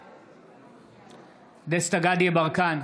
נגד דסטה גדי יברקן,